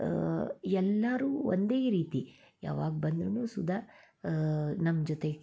ಎಲ್ಲರೂ ಒಂದೇ ರೀತಿ ಯಾವಾಗ ಬಂದ್ರೂ ಸುದಾ ನಮ್ಮ ಜೊತೆ